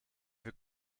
have